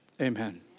Amen